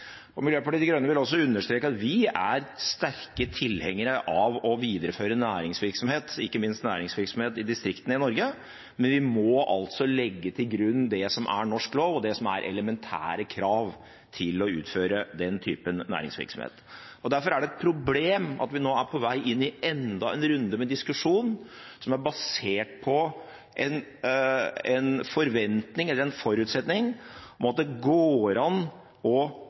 Miljøpartiet De Grønne vil også understreke at vi er sterke tilhengere av å videreføre næringsvirksomhet, ikke minst næringsvirksomhet i distriktene i Norge, men vi må altså legge til grunn det som er norsk lov, og det som er elementære krav til å utføre den typen næringsvirksomhet. Derfor er det et problem at vi nå er på vei inn i enda en runde med diskusjon som er basert på en forventning eller en forutsetning om at det går an å avle vekk de egenskapene som gjør at rev og